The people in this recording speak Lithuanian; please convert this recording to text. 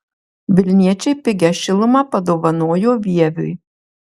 vilniečiai pigią šilumą padovanojo vieviui